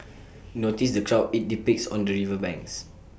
notice the crowd IT depicts on the river banks